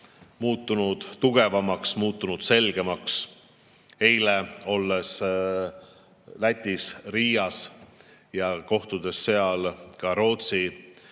muutunud tugevamaks, muutunud selgemaks. Eile olin Lätis Riias ja kohtusin seal Rootsi